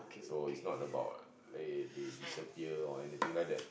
so it's not about they they disappear or anything like that